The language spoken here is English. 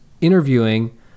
interviewing